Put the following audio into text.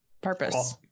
purpose